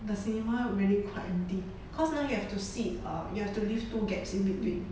the cinema really quite empty cause now you have to sit um you have to leave two gaps in between